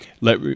let